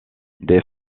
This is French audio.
des